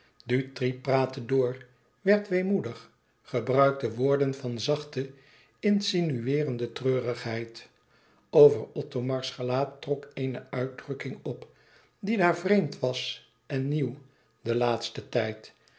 dutri praatte door werd weemoedig gebruikte woorden van zachte insinueerende treurigheid over othomars gelaat trok eene uitdrukking op die daar vreemd was en nieuw den laatsten tijd